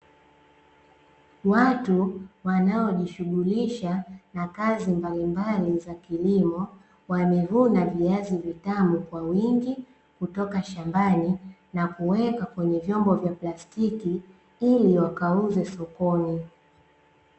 Watu wanaojishughulisha na kazi mbalimbali za kilimo, wamevuna viazi vitamu kwa wingi kutoka shambani na kuweka kwenye vyombo vya plastiki, ili wakauze sokoni.